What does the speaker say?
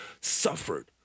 suffered